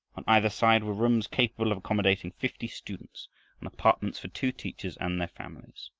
on either side were rooms capable of accommodating fifty students and apartments for two teachers and their families.